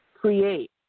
Create